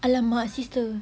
!alamak! sister